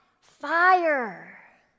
Fire